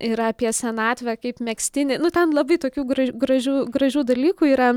yra apie senatvę kaip megztinį nu ten labai tokių gražių gražių dalykų yra